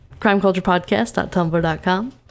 crimeculturepodcast.tumblr.com